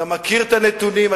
אתה מכיר את הנתונים,